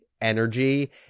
energy